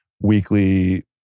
weekly